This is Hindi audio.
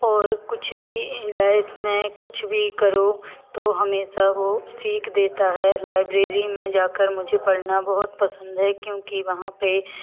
और कुछ भी लाइफ में कुछ भी करो तो हमेशा वो सीख देता है लाइब्रेरी में जाकर मुझे पढ़ना बहुत पसंद है क्योंकि वहाँ पे